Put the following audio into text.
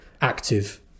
active